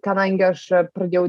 kadangi aš pradėjau